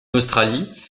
australie